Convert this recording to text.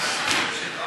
מה זה?